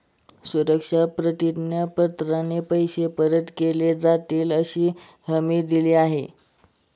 सुरक्षा प्रतिज्ञा पत्रात पैसे परत केले जातीलअशी हमी दिली आहे